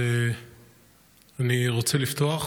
אני רוצה לפתוח